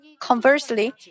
Conversely